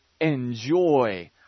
enjoy